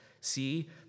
See